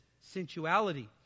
sensuality